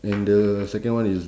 and the second one is